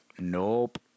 Nope